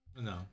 No